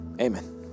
Amen